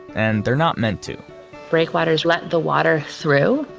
and they're not meant to breakwaters let the water through.